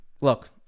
look